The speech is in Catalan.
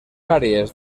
àrees